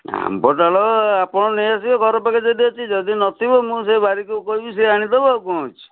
ଆମ୍ବଡାଳ ଆପଣ ନେଇ ଆସିବେ ଘର ପାଖରେ ଯଦି ଅଛି ଯଦି ନଥିବ ମୁଁ ସେଇ ବାରିକକୁ କହିବି ସେ ଆଣିଦେବ ଆଉ କ'ଣ ଅଛି